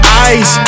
eyes